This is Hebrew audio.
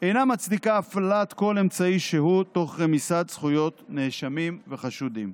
אינה מצדיקה הפעלת כל אמצעי שהוא תוך רמיסת זכויות נאשמים וחשודים.